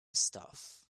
stuff